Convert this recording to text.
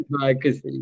democracy